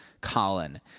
Colin